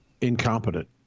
Incompetent